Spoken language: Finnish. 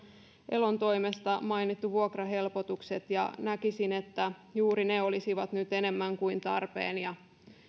elon toimesta mainittu vuokrahelpotukset ja näkisin että juuri ne olisivat nyt enemmän kuin tarpeen ja